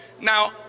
Now